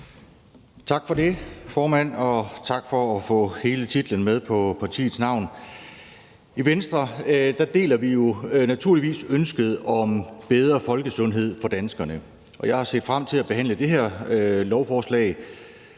Tak for det, formand, og tak for at få hele titlen med på partiet. I Venstre deler vi naturligvis ønsket om bedre folkesundhed for danskerne, og jeg har set frem til behandlingen af det her lovforslag,